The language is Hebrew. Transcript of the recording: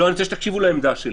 לא, אני רוצה שתקשיבו לעמדה שלי.